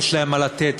ויש להם מה לתת,